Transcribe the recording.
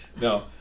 No